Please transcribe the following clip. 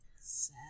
Sad